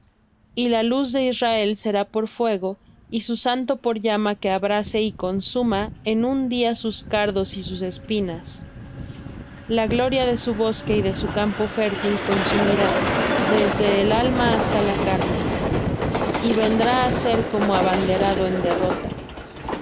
y la luz de israel será por fuego y su santo por llama que abrase y consuma en un día sus cardos y sus espinas la gloria de su bosque y de su campo fértil consumirá desde el alma hasta la carne y vendrá á ser como abanderado en derrota